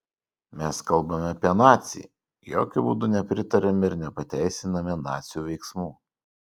mes kalbame apie nacį jokiu būdu nepritariame ir nepateisiname nacių veiksmų